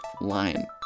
line